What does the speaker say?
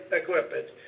equipment